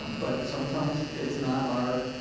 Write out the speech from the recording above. but sometimes it's not our,